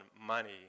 money